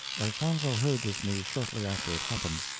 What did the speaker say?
elfonzo heard this news shortly after it happened.